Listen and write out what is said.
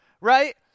right